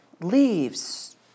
leaves